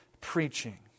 preaching